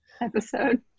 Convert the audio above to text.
episode